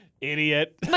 Idiot